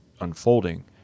unfolding